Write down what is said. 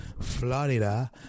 Florida